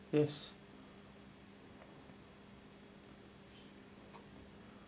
yes